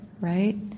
Right